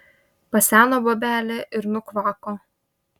paseno bobelė ir nukvako